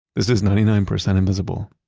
this is ninety nine percent invisible,